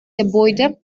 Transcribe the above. gebäude